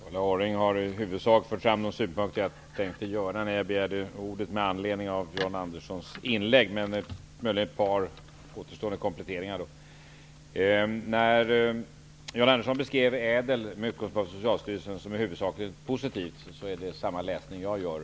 Herr talman! Ulla Orring har i huvudsak fört fram de synpunkter jag tänkte ta upp när jag begärde ordet med anledning av Jan Anderssons inlägg, men jag kan göra ett par kompletteringar. Jan Andersson beskrev med utgångspunkt från Socialstyrelsens rapport ÄDEL-reformen som huvudsakligen positiv. Jag gör samma läsning av rapporten.